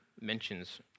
mentions